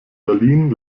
berlin